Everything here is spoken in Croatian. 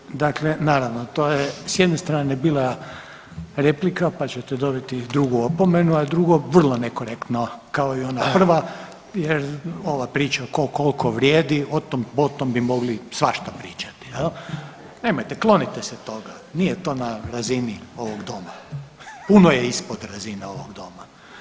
Ovaj, dakle naravno to je s jedne strane bila replika, pa ćete dobiti drugu opomenu, a drugo vrlo nekorektno kao i ona prva jer ova priča ko kolko vrijedi otom potom bi mogli svašta pričati jel, nemojte, klonite se toga, nije to na razini ovog doma, puno je ispod razine ovog doma.